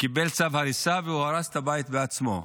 קיבל צו הריסה והוא הרס את הבית בעצמו.